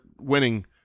winning –